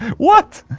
what?